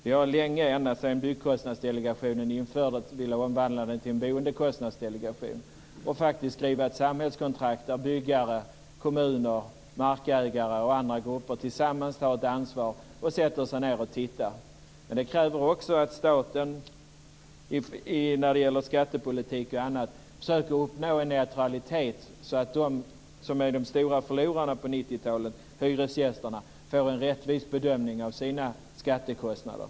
Vi har länge, ända sedan Byggkostnadsdelegationen infördes, velat omvandla den till en boendekostnadsdelegation och faktiskt skriva ett samhällskontrakt där byggare, kommuner, markägare och andra grupper tillsammans tar ett ansvar och sätter sig ned och tittar. Men det kräver också att staten när det gäller skattepolitik och annat försöker uppnå neutralitet så att de som är de stora förlorarna på 90-talet, hyresgästerna, får en rättvis bedömning av sina skattekostnader.